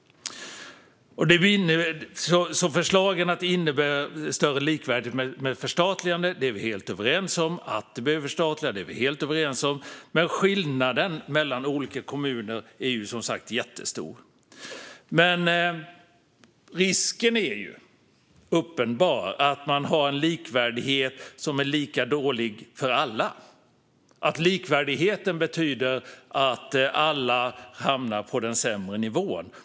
Förslaget om större likvärdighet genom ett förstatligande är vi helt överens om, och att detta behöver förstatligas är vi helt överens om. Men skillnaderna mellan olika kommuner är som sagt jättestor. Risken är ju uppenbar att man har en likvärdighet som är lika dålig för alla - att likvärdigheten betyder att alla hamnar på den sämre nivån.